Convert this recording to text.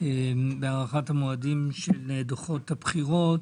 להארכת המועדים של דוחות הבחירות.